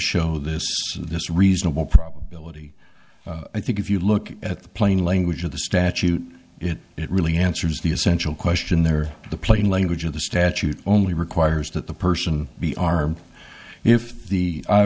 show this this reasonable probability i think if you look at the plain language of the statute it it really answers the essential question there the plain language of the statute only requires that the person be armed if